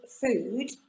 food